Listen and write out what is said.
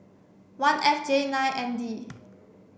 one F J nine N D